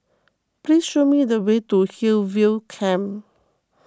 please show me the way to Hillview Camp